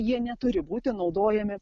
jie neturi būti naudojami